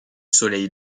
soleil